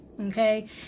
Okay